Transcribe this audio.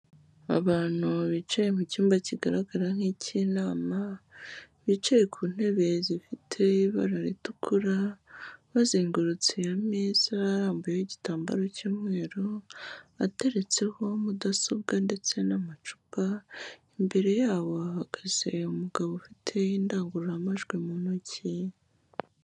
Abantu bicaye mu cyumba kigaragara nk'icy'inama, bicaye ku ntebe zifite ibara ritukura, bazengurutse ameza arambuyeho igitambaro cy'umweru, ateretseho mudasobwa ndetse n'amacupa, imbere yabo hahagaze umugabo ufite indangururamajwi mu ntoki.